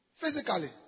physically